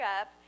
up